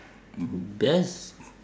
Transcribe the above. best